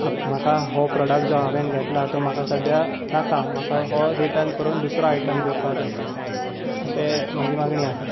आप म्हाका हो प्रोडक्ट जो हांवेन घेतला तो म्हाका सद्द्या नाका म्हाका हो रिटर्न करून दुसरो आयटम घेवपाक जाय अशें म्हाजी मागणी आसा